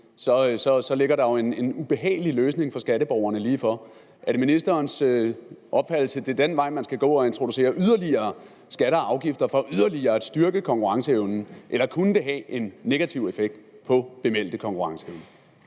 ligger der jo en ubehagelig løsning for skatteborgerne lige for. Er det ministerens opfattelse, at det er den vej, man skal gå og introducere yderligere skatter og afgifter for yderligere at styrke konkurrenceevnen, eller kunne det have en negativ effekt på bemeldte konkurrenceevne?